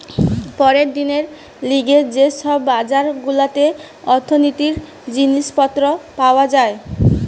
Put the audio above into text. পরের দিনের লিগে যে সব বাজার গুলাতে অর্থনীতির জিনিস পত্র পাওয়া যায়